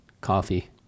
Coffee